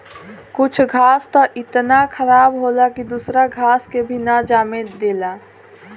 कुछ घास त इतना खराब होला की दूसरा घास के भी ना जामे देला